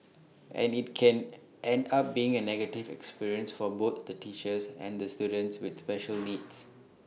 and IT can end up being A negative experience for both the teachers and the students with special needs